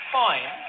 fine